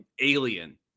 alien